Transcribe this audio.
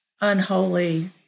unholy